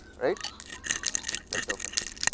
right the token here